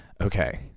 okay